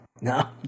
no